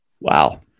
Wow